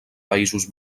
països